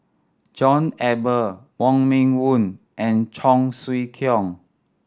John Eber Wong Meng Voon and Cheong Siew Keong